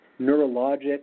neurologic